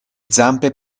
zampe